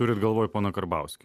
turit galvoj poną karbauskį